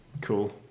Cool